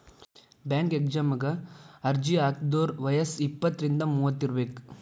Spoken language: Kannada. ಬ್ಯಾಂಕ್ ಎಕ್ಸಾಮಗ ಅರ್ಜಿ ಹಾಕಿದೋರ್ ವಯ್ಯಸ್ ಇಪ್ಪತ್ರಿಂದ ಮೂವತ್ ಇರಬೆಕ್